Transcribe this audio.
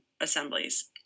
assemblies